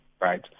right